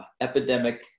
epidemic